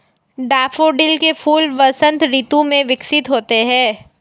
daffodil के फूल वसंत ऋतु में विकसित होते हैं